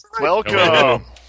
Welcome